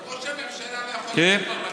אבל ראש הממשלה לא יכול לישון במטוס?